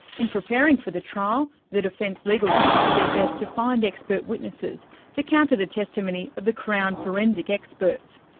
in preparing for the trial, the defence legal team did their best to find expert witnesses to counter the testimony of the crown forensic experts.